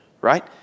right